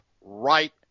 right